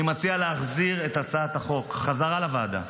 אני מציע להחזיר את הצעת החוק חזרה לוועדה,